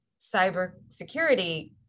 cybersecurity